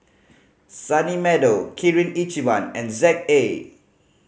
Sunny Meadow Kirin Ichiban and Z A